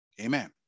Amen